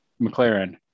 McLaren